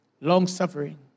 long-suffering